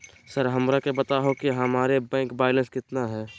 Sir हमरा के बताओ कि हमारे बैंक बैलेंस कितना है?